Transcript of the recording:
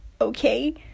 okay